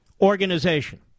organization